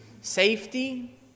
safety